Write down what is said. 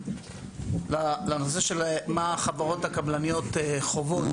ומה החברות הקבלניות חוות